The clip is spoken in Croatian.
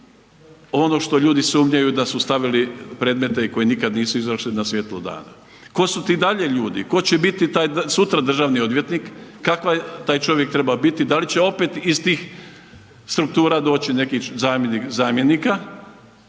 ono što ljudi sumnjaju da su stavili predmete koji nisu nikada izašli na svjetlo dana? Ko su ti dalje ljudi, ko će biti sutra državni odvjetnik, kakav taj čovjek treba biti, da li će opet iz tih struktura doći neki zamjenik